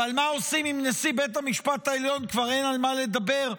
ועל מה שעושים עם נשיא בית המשפט העליון כבר אין מה לדבר,